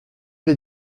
les